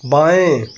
बाएँ